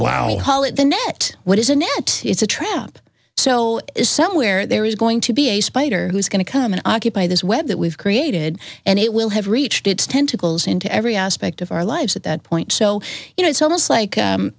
net what is a net it's a trap so is somewhere there is going to be a spider who's going to come and occupy this web that we've created and it will have reached its tentacles into every aspect of our lives at that point so you know it's almost like